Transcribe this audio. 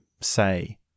say